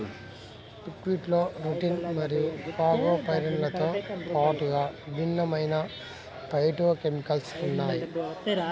బుక్వీట్లో రుటిన్ మరియు ఫాగోపైరిన్లతో పాటుగా విభిన్నమైన ఫైటోకెమికల్స్ ఉన్నాయి